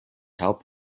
help